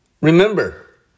remember